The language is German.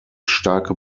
starke